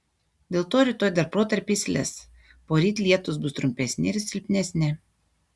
dėl to rytoj dar protarpiais lis poryt lietūs bus trumpesni ir silpnesni